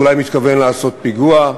ואולי מתכוון לעשות פיגוע,